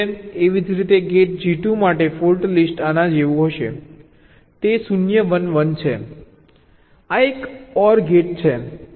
એવી જ રીતે ગેટ G2 માટે ફોલ્ટ લિસ્ટ આના જેવું હશે તે 0 1 1 છે આ એક OR ગેટ છે